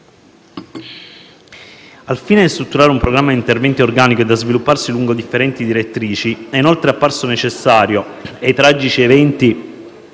Al fine di strutturare un programma di interventi organico e da svilupparsi lungo differenti direttrici, è inoltre apparso necessario - e i tragici eventi